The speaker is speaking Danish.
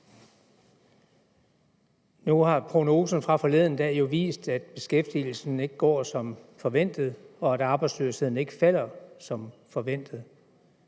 Nu har prognoser fra forleden dag jo vist, at beskæftigelsen ikke går som forventet, og at arbejdsløsheden ikke falder som forventet.